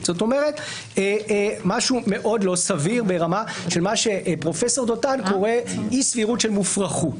אבל אם בכל פעם שיתנהל שיח פתוח חבר הכנסת יואב סגלוביץ',